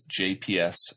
JPS